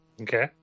Okay